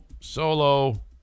Solo